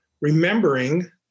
Remembering